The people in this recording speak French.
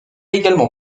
également